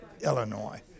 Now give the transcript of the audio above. Illinois